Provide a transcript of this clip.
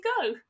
go